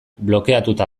blokeatuta